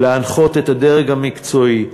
להנחות את הדרג המקצועי,